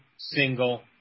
single